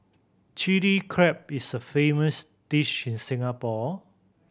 Chilli Crab is a famous dish in Singapore